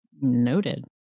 Noted